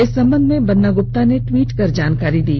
इस संबंध में बन्ना गुप्ता ने ट्वीट कर जानकारी दी